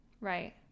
Right